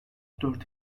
dört